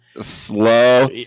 slow